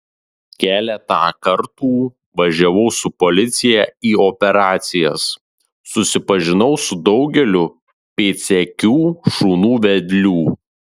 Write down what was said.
keletą kartų važiavau su policiją į operacijas susipažinau su daugeliu pėdsekių šunų vedlių